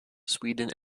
sweden